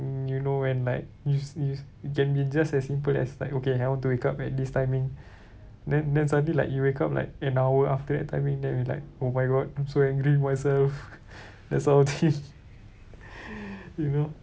mm you know when like y~ y~ it can be just as simple as like okay I want to wake up at this timing then then suddenly like you wake up like an hour after that timing then you like oh my god I'm so angry with myself that sort of thing you know